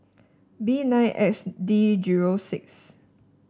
B nine X D zero six